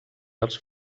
els